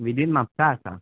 within Mapusa आसा